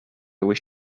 wish